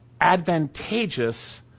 advantageous